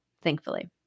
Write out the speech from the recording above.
thankfully